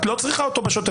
את לא צריכה אותו בשוטף.